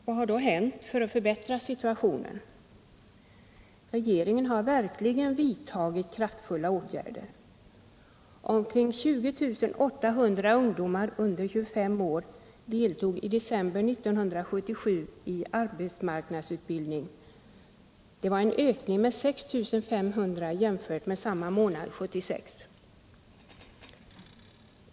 Vad har då hänt som är ägnat att förbättra situationen? Regeringen har verkligen vidtagit kraftfulla åtgärder. Omkring 20 800 ungdomar under 25 år deltog i december 1977 i arbetsmarknadsutbildning. Det var en ökning med ca 6 500 jämfört med samma månad 1976.